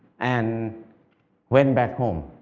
and went back home.